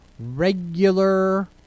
Regular